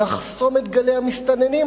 נחסום את גלי המסתננים,